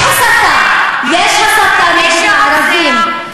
יש הסתה נגד ערבים.